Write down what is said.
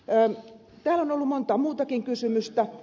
täällä on ollut monta muutakin kysymystä